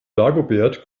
dagobert